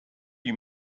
you